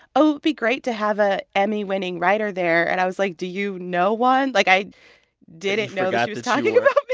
be great to have a emmy-winning writer there. and i was like, do you know one? like, i didn't know that she was talking about